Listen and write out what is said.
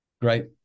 great